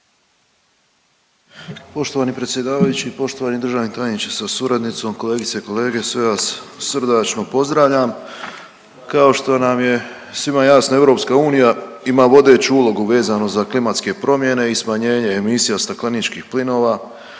Poštovani predsjedavajući i poštovani državni tajniče sa suradnicom, kolegice i kolege, sve vas srdačno pozdravljam. Kao što nam je svim jasno, EU ima vodeću ulogu vezano za klimatske promjene i smanjenje emisija stakleničkih plinova.